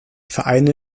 vereine